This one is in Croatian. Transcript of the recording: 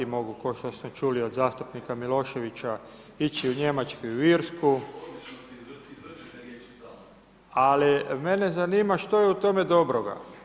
Mogu, ko što stu čuli od zastupnika Miloševića, ići u Njemačku i u Irsku, ali mene zanima, što je u tome dobroga.